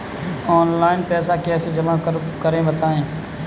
Online पैसा कैसे जमा करें बताएँ?